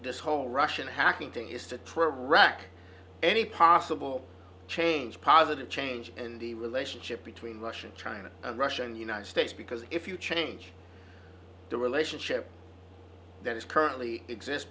this whole russian hacking thing is to try to rock any possible change positive change in the relationship between russia china and russia and united states because if you change the relationship that is currently exist